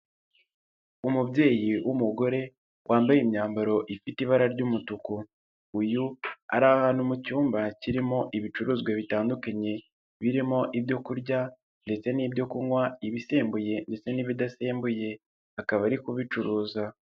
Umubyeyi w'umugore wambaye imyambaro ifite ibara ry'umutuku, uyu ari ahantu mu cyumba kirimo ibicuruzwa bitandukanye, birimo ibyoku kurya ndetse n'ibyo kunywa ibisembuye ndetse n'ibidasembuye akaba ari kubicuruza.